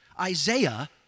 Isaiah